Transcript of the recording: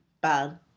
bad